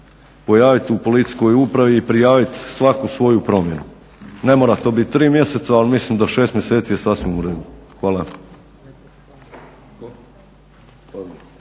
pojaviti u policijskoj upravi i prijaviti svaku svoju promjenu. Ne mora to biti tri mjeseca, ali mislim da 6 mjeseci je sasvim u redu. Hvala.